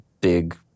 big